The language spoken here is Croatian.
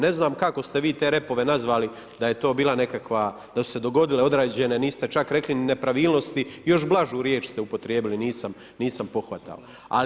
Ne znam kako ste vi te repove nazvali da je to bila nekakva, da su se dogodile određene niste čak rekli ni nepravilnosti, još blažu riječ ste upotrijebili, nisam pohvatao.